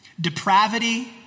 Depravity